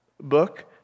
book